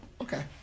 Okay